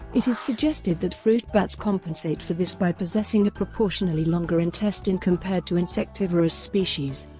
it is suggested that fruit bats compensate for this by possessing a proportionally longer intestine compared to insectivorous species.